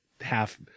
half